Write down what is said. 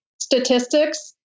statistics